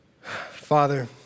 Father